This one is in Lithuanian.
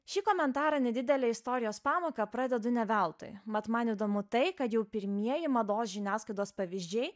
šį komentarą nedidele istorijos pamoka pradedu ne veltui mat man įdomu tai kad jau pirmieji mados žiniasklaidos pavyzdžiai